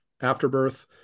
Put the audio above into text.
Afterbirth